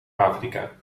afrika